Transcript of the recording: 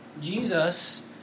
Jesus